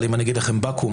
אבל אם אני אגיד לכם 'בקו"ם',